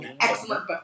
excellent